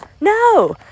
No